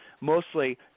mostly